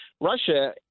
Russia